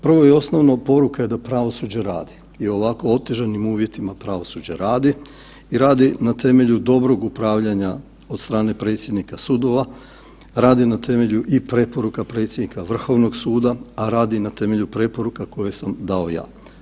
Prvo i osnovno, poruka je da pravosuđe radi i u ovako otežanim uvjetima pravosuđe radi i radi na temelju dobrog upravljanja od strane predsjednika sudova, radi na temelju i preporuka predsjednika Vrhovnog suda, a radi na temelju preporuka koje sam dao ja.